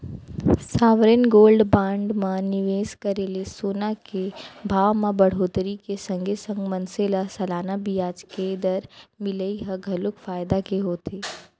sovereign gold bond म निवेस करे ले सोना के भाव म बड़होत्तरी के संगे संग मनसे ल सलाना बियाज दर मिलई ह घलोक फायदा के होथे